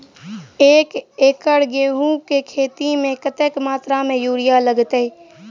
एक एकड़ गेंहूँ केँ खेती मे कतेक मात्रा मे यूरिया लागतै?